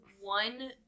one